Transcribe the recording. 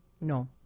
no